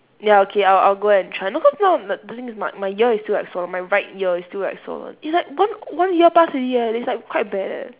ya okay I'll I'll go and try no cause now the the thing is my my ear is still like swollen my right ear is still like swollen it's like one one year pass already leh it's like quite bad leh